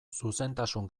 zuzentasun